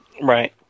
Right